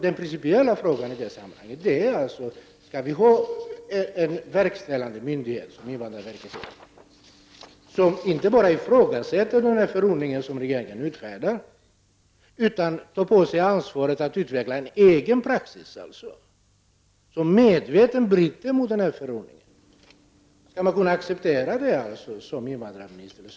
Den principiella frågan i sammanhanget är alltså om vi skall ha en verkställande myndighet såsom invandrarverket, som inte bara ifrågasätter regeringens förordning utan även tar på sig ansvaret för att utveckla en egen praxis, vilken innebär att invandrarverket medvetet bryter mot denna förordning. Skall invandrarministern och den övriga regeringen acceptera detta?